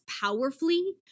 powerfully